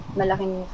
malaking